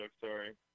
sorry